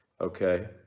Okay